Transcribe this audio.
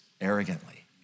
arrogantly